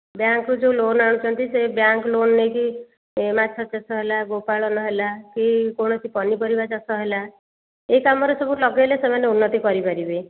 ବ୍ୟାଙ୍କ୍ରୁ ଯେଉଁ ଲୋନ୍ ଆଣୁଛନ୍ତି ସେ ବ୍ୟାଙ୍କ୍ ଲୋନ୍ ନେଇକି ମାଛ ଚାଷ ହେଲା ଗୋପାଳନ ହେଲା କି କୌଣସି ପନିପରିବା ଚାଷ ହେଲା ଏ କାମରେ ସବୁ ଲଗାଇଲେ ସେମାନେ ଉନ୍ନତି କରିପାରିବେ